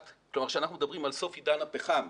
כשאנחנו מדברים על סוף עידן הפחם,